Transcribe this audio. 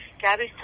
Gabby's